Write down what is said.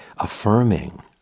affirming